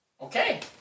Okay